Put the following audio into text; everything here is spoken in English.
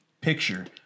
picture